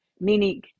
meaning